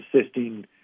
assisting